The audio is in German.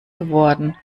geworden